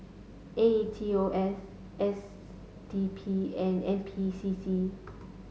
A E T O S S D P and N P C C